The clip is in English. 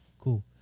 Cool